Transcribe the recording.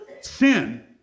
Sin